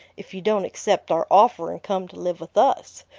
if you don't accept our offer and come to live with us?